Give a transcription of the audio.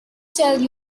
tell